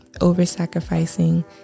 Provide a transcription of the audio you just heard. over-sacrificing